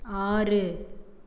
ஆறு